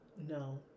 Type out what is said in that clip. no